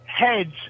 Heads